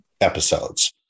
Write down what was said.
episodes